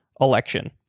election